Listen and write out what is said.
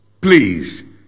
Please